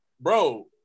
bro